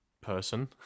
person